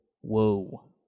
Whoa